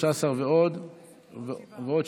13 ועוד שבעה,